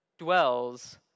dwells